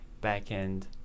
back-end